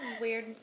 weird